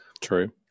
True